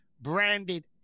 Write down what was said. branded